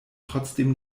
trotzdem